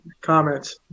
Comments